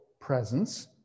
presence